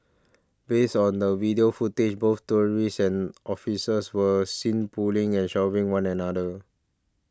based on the video footage both tourists and officers were seen pulling and shoving one another